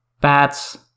Bats